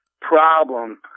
problem